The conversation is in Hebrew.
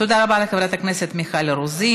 תודה רבה לחברת הכנסת מיכל רוזין.